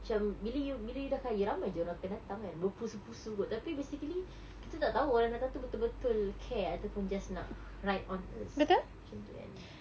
macam bila you bila you dah kaya ramai jer orang yang akan datang kan berpusu-pusu tapi basically kita tak tahu orang datang tu betul-betul care ataupun just nak ride on us macam tu kan